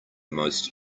most